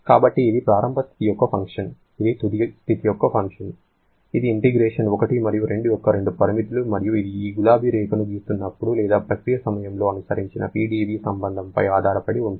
కాబట్టి ఇది ప్రారంభ స్థితి యొక్క ఫంక్షన్ ఇది తుది స్థితి యొక్క ఫంక్షన్ ఇవి ఇంటిగ్రేషన్ 1 మరియు 2 యొక్క రెండు పరిమితులు మరియు ఇది ఈ గులాబీ రేఖను గీస్తున్నపుడు లేదా ప్రక్రియ సమయంలో అనుసరించిన PdV సంబంధంపై ఆధారపడి ఉంటుంది